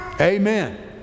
amen